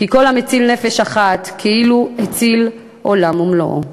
וכל המציל נפש אחת כאילו הציל עולם ומלואו.